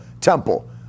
temple